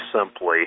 simply